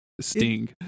sting